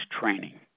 training